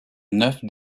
neuf